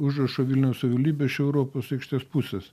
užrašo vilniaus savivaldybė iš europos aikštės pusės